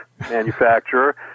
manufacturer